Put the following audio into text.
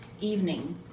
evening